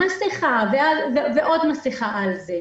מסכה ועוד מסכה על זה,